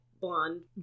blonde